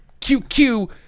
QQ